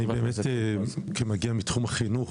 אני כמגיע מתחום החינוך,